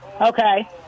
Okay